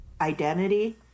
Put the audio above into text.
identity